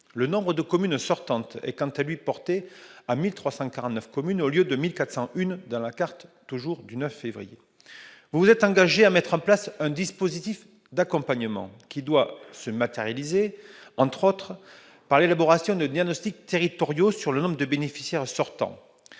Le nombre de communes sortantes est, quant à lui, porté à 1 349 communes au lieu de 1 401 dans la carte du 9 février. Vous vous êtes engagé à mettre en place un dispositif d'accompagnement qui doit se matérialiser, entre autres, par l'élaboration de diagnostics territoriaux sur le nombre de bénéficiaires sortants